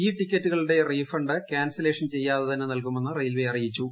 E ടിക്കറ്റുകളുടെ refund cancellation ച്ചെയ്യാതെ തന്നെ നൽകുമെന്ന് റെയിൽവേ അറിയിച്ചു